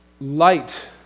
light